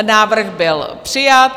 Návrh byl přijat.